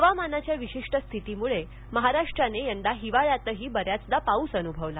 हवामानाच्या विशिष्ट स्थितीमुळे महाराष्ट्राने यंदा हिवाळ्यातही बऱ्याचदा पाऊस अनुभवला